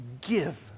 give